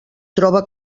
troba